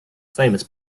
famous